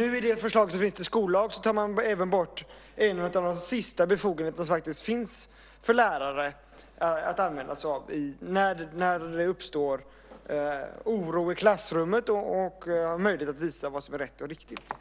I förslaget till skollag tar man även bort en av de sista befogenheterna som faktiskt finns för lärare att använda sig av när det uppstår oro i klassrummet och därmed en möjlighet att visa vad som är rätt och riktigt.